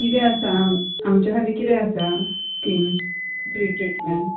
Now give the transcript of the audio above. कितें आसा आमच्या खातीर किदें आसा स्किम्स फ्री ट्रिटमेंट